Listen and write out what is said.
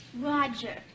Roger